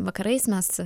vakarais mes